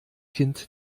kind